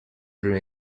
plus